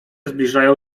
zbliżają